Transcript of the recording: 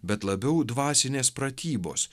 bet labiau dvasinės pratybos